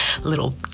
little